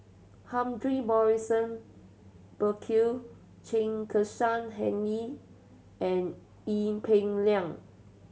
Humphrey Morrison Burkill Chen Kezhan Henri and Ee Peng Liang